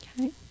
Okay